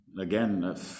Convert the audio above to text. again